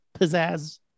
pizzazz